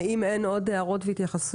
אם אין עוד הערות והתייחסויות,